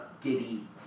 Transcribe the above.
Diddy